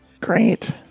Great